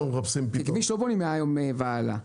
כביש לא בונים מהיום והלאה.